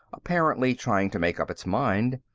apparently trying to make up its mind.